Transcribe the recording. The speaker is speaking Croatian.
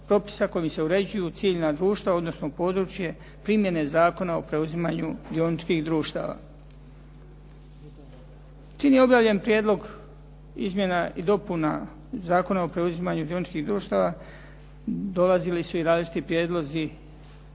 propisa kojim se uređuje ciljno društvo, odnosno područje primjene Zakona o preuzimanju dioničkih društava. Čim je objavljen prijedlog izmjena i dopuna Zakona o preuzimanju dioničkih društava, dolazili su i različiti prijedlozi